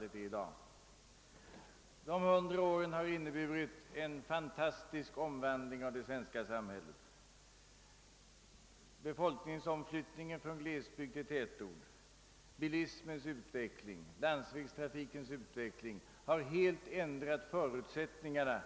De gångna hundra åren har inneburit en fantastisk omvandling av det svenska samhället. Befolkningsomflyttningen från glesbygd till tätort och bilismens utveckling har helt ändrat förutsättningarna